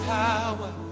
power